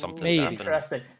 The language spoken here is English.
interesting